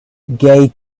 gay